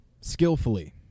Skillfully